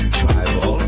tribal